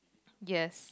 yes